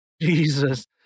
Jesus